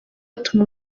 atuma